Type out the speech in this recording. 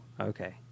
okay